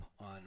on